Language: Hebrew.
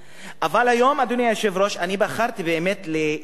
אבל היום, אדוני היושב-ראש, אני בחרתי באמת להתרכז